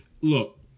Look